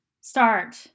start